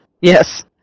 Yes